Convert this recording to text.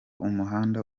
umuhanda